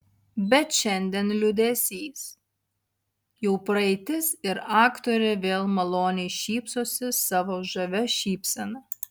bet šiandien liūdesys jau praeitis ir aktorė vėl maloniai šypsosi savo žavia šypsena